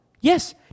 yes